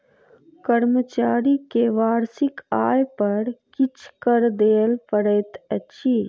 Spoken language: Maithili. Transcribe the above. कर्मचारी के वार्षिक आय पर किछ कर दिअ पड़ैत अछि